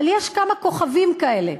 אבל יש כמה כוכבים כאלה,